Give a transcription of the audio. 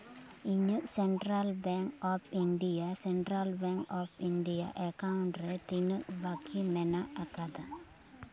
ᱤᱧᱟᱹᱜ central bank of India central bank of India account ᱨᱮ ᱛᱤᱱᱟᱹᱜ ᱵᱟᱹᱠᱤ ᱢᱮᱱᱟᱜ ᱟᱠᱟᱫᱟ